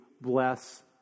bless